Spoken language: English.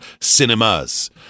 cinemas